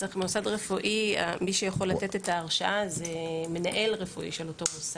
מי שיכול לתת לכך את ההרשאה זה המנהל הרפואי של אותו המוסד.